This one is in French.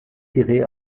tirait